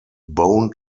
bone